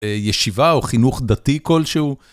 ישיבה או חינוך דתי כלשהו.